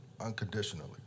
unconditionally